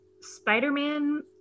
Spider-Man